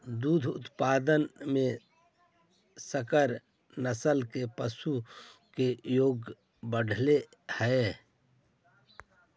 दुग्ध उत्पादन में संकर नस्ल के पशु के योगदान बढ़ले हइ